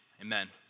amen